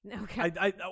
Okay